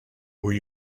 were